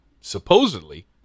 supposedly